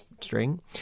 string